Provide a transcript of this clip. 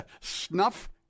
Snuff